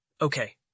Okay